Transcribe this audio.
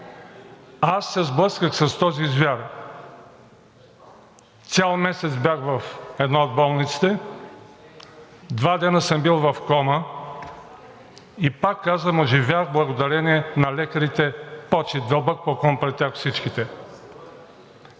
Аз се сблъсках с този звяр. Цял месец бях в една от болниците, два дена съм бил в кома и повтарям, оживях благодарение на лекарите – почит, дълбок поклон пред всички